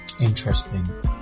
Interesting